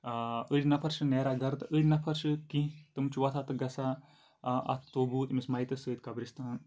أڑۍ نَفَر چھِ نیران گَرٕ تہٕ أڑۍ نَفَر چھِ کینٛہہ تِٕ چھِ وۄتھان تہٕ گژھان اَتھ توبوٗد أمِس مَیتَس سۭتۍ قبرِستان